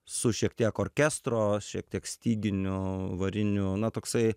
su šiek tiek orkestro šiek tiek styginiu variniu na toksai